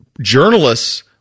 journalists